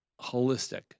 holistic